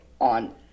on